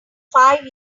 five